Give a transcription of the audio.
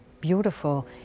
beautiful